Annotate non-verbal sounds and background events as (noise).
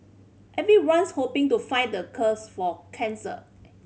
everyone's hoping to find the (unintelligible) for cancer